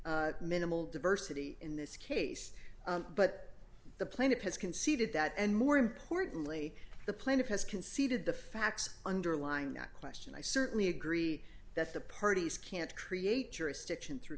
minimal diversity in this case but the plaintiff has conceded that and more importantly the plaintiff has conceded the facts underlying that question i certainly agree that the parties can't create jurisdiction through